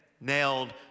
nailed